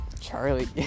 Charlie